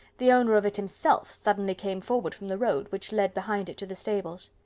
the owner of it himself suddenly came forward from the road, which led behind it to the stables.